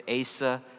Asa